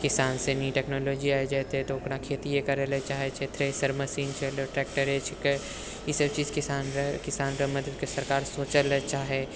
किसान semi technology आबि जेतै तऽ ओकरा खेती करै लऽ चाहै छै थ्रेसर मशीन छलौ टैक्टर छिकऽ ई सभ चीज किसान रऽ किसान रऽ मदद कऽ सरकार सोचऽ ले चाहै